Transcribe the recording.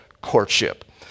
courtship